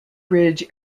bridge